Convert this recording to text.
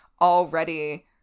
already